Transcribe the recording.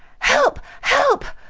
help! help!